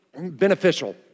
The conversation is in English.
beneficial